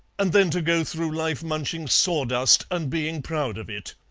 and then to go through life munching sawdust and being proud of it.